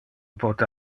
pote